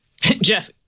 Jeff